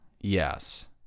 Yes